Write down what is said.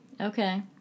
Okay